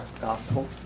gospel